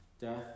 death